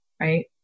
right